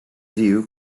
view